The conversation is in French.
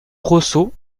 rosso